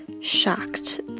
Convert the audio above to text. shocked